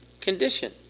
condition